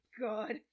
god